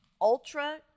ultra